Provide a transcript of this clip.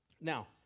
Now